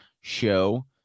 show